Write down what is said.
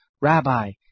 Rabbi